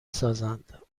سازند